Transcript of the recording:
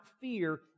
fear